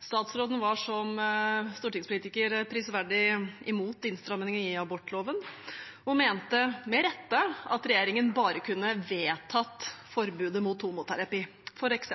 Statsråden var som stortingspolitiker prisverdig imot innstramming i abortloven og mente, med rette, at regjeringen bare kunne vedtatt forbudet mot homoterapi, f.eks.